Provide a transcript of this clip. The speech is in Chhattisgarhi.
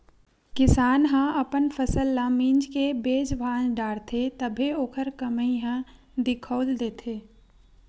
किसान ह अपन फसल ल मिंज के बेच भांज डारथे तभे ओखर कमई ह दिखउल देथे